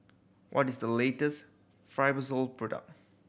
what is the latest Fibrosol product